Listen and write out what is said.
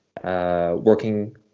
Working